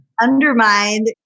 undermined